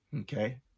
okay